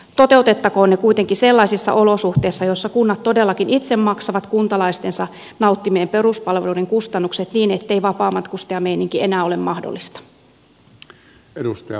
toteutettakoon ne kuitenkin sellaisissa olosuhteissa joissa kunnat todellakin itse maksavat kuntalaistensa nauttimien peruspalveluiden kustannukset niin ettei vapaamatkustajameininki enää ole mahdollista